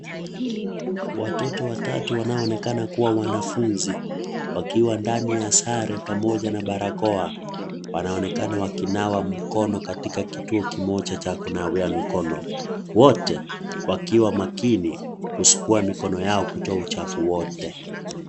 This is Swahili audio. Watoto watatu wanaoonekana kuwa wanafunzi wakiwa ndani ya sare pamoja na barakoa wanaonekana wakinawa mkono katika kituo kimoja cha kunawia mikono, wote wakiwa makini kusugua mikono yao kutoa uchafu wote.